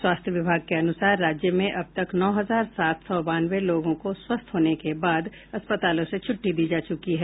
स्वास्थ्य विभाग के अनुसार राज्य में अब तक नौ हजार सात सौ बानवे लोगों को स्वस्थ होने के बाद अस्पतालों से छुट्टी दी जा चुकी है